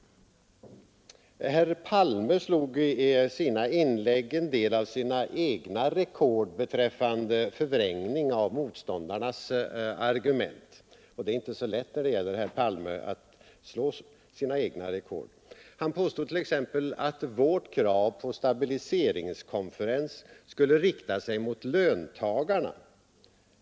Herr Palme slog i sina inlägg en del av sina egna rekord beträffande förvrängning av motståndarnas argument — och det är inte så lätt när det gäller herr Palme att slå sina egna rekord. Han påstod t.ex. att vårt krav på en stabiliseringskonferens skulle rikta sig mot löntagarna.